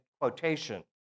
quotation